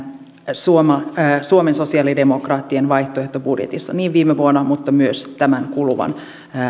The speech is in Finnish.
suomen sosialidemokraattien vaihtoehtobudjetissa niin viime vuonna kuin myös tämän kuluvan